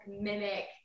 mimic